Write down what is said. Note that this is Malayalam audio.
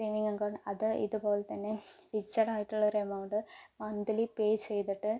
സേവിങ്ങ് അക്കൗണ്ട് അത് ഇത്പോലെത്തന്നെ ഫിക്സെഡായിട്ടൊള്ളൊരു എമൗണ്ട് മന്ത്ലി പേ ചെയ്തിട്ട്